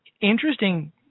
Interesting